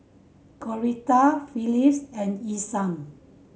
Coretta Phillis and Isam